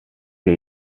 que